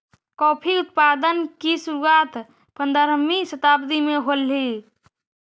coffee उत्पादन की शुरुआत पंद्रहवी शताब्दी में होलई